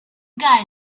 guy